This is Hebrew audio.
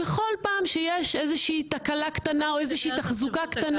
בכל פעם שיש איזושהי תקלה קטנה או איזושהי תחזוקה קטנה